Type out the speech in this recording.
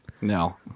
No